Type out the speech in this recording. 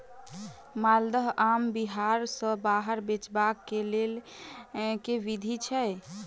माल्दह आम बिहार सऽ बाहर बेचबाक केँ लेल केँ विधि छैय?